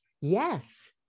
Yes